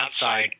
outside